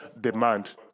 demand